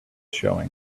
showing